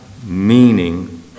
meaning